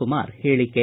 ಕುಮಾರ್ ಹೇಳಿಕೆ